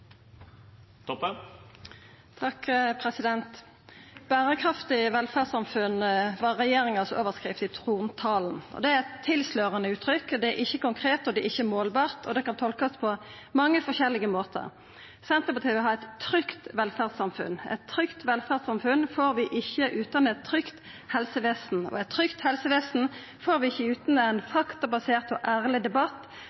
velferdssamfunn» var regjeringas overskrift i trontalen. Det er eit tilslørande uttrykk – det er ikkje konkret, det er ikkje målbart, og det kan tolkast på mange forskjellige måtar. Senterpartiet vil ha eit trygt velferdssamfunn. Eit trygt velferdssamfunn får vi ikkje utan eit trygt helsevesen, og eit trygt helsevesen får vi ikkje utan ein